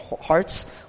hearts